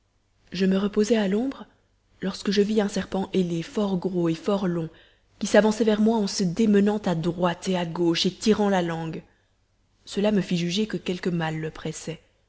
je me reposais à l'ombre lorsque je vis un serpent ailé fort gros et fort long qui s'avançait vers moi en se démenant à droite et à gauche et tirant la langue cela me fit juger que quelque mal le